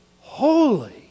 Holy